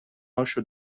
هاشو